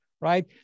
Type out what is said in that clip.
right